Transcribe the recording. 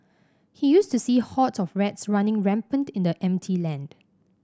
he used to see hordes of rats running rampant in the empty land